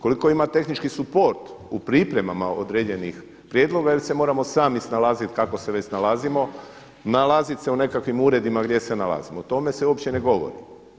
Koliko ima tehnički support u pripremama određenih prijedloga ili se moramo sami snalaziti kako se već snalazimo, nalaziti se u nekakvim uredima gdje se nalazimo, o tome se uopće ne govori.